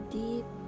deep